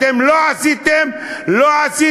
אתם לא עשיתם, לא עשיתם.